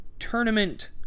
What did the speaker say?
tournament